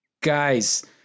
Guys